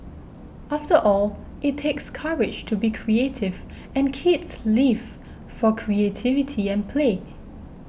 after all it takes courage to be creative and kids live for creativity and play